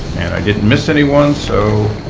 and i didn't miss anyone. so